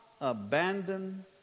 abandon